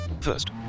First